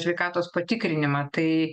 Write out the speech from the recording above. sveikatos patikrinimą tai